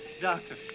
Doctor